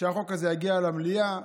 שהחוק הזה יגיע למליאה.